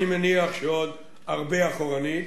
ואני מניח שעוד הרבה אחורנית.